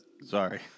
Sorry